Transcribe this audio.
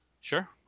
Sure